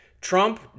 trump